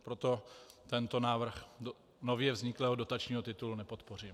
Proto tento návrh nově vzniklého dotačního titulu nepodpořím.